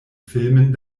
filmen